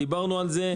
דיברנו על זה.